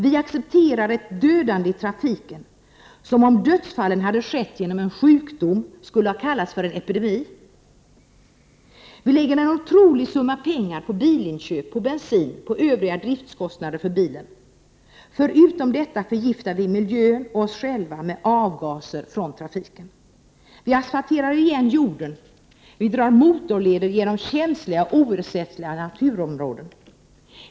Vi accepterar ett dödande i trafiken, som om dödsfallen skett genom sjukdom skulle ha kallats för en epidemi. Vi lägger ned en otrolig summa pengar på bilinköp, på bensin och på övriga driftkostnader för bilen. Förutom detta förgiftar vi miljön och oss själva med avgaser från trafiken. Vi asfalterar igen jorden. Vi drar motorleder genom känsliga och oersättliga naturområden.